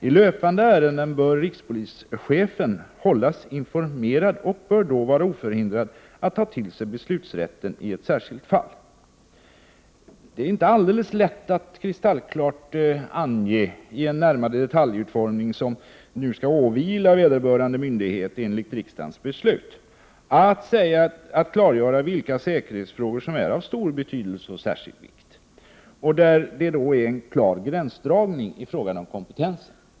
I löpande ärenden bör rikspolischefen hållas informerad och bör då vara oförhindrad att ta till sig beslutanderätten i ett särskilt fall.” Det är inte alldeles lätt att i den detaljreglering som enligt riksdagens beslut åvilar vederbörande myndighet klargöra vilka säkerhetsfrågor som är av stor betydelse och särskild vikt. Det bör ske en klar gränsdragning i fråga om kompetensen.